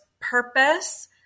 purpose